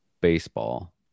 baseball